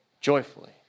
joyfully